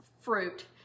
fruit